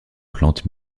plantes